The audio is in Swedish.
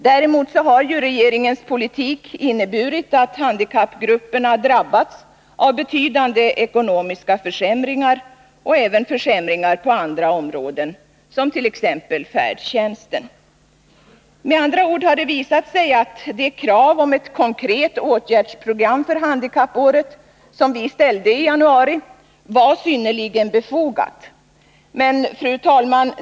Däremot har regeringens politik inneburit att handikappgrupperna drabbats av betydande ekonomiska försämringar och även försämringar på andra områden, t.ex. beträffande färdtjänsten. Med andra ord har det visat sig att det krav på ett konkret åtgärdsprogram för handikappåret som vi ställde i januari var synnerligen befogat. Fru talman!